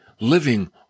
living